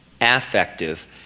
affective